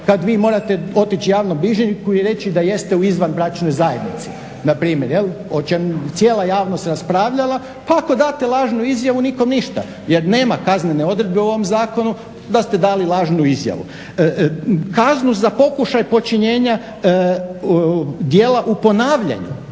kad vi morate otići javnom bilježniku i reći da jeste u izvanbračnoj zajednici npr., o čemu je cijela javnost raspravljala pa ako date lažnu izjavu nikom ništa jer nema kaznene odredbe u ovom zakonu da ste dali lažnu izjavu. Kaznu za pokušaj počinjenja djela u ponavljanju